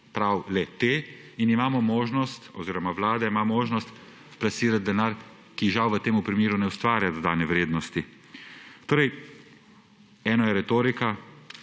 prav le-te. In imamo možnost oziroma vlada ima možnost plasirati denar, ki žal v tem primeru ne ustvarja dodane vrednosti. Eno je retorika,